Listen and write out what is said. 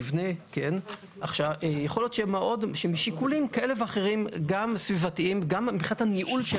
יכול להיות שמשיקולים כאלה ואחרים גם סביבתיים וגם מבחינת הניהול של